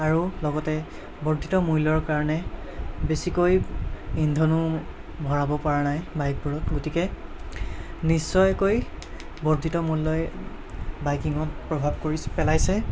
আৰু লগতে বৰ্ধিত মূল্য়ৰ কাৰণে বেছিকৈ ইন্ধনো ভৰাব পৰা নাই বাইকবোৰত গতিকে নিশ্চয়কৈ বৰ্ধিত মূল্য়ই বাইকিঙত প্ৰভাৱ পৰি পেলাইছে